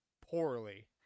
poorly